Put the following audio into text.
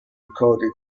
recorded